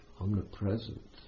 Omnipresent